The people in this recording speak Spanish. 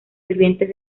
sirvientes